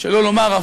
שלא לומר,